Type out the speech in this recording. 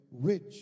rich